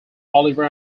oliver